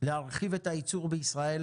להרחיב את הייצור בישראל,